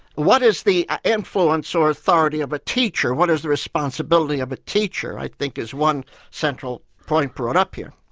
what is the influence or authority of a teacher, what is the responsibility of a teacher i think is one central point brought up here.